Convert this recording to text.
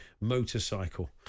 motorcycle